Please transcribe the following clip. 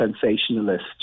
sensationalist